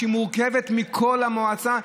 שהיא מורכבת מכל המועצה.